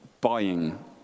buying